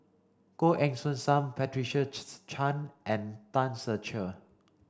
Goh Eng Soon Sam Patricia Chan and Tan Ser Cher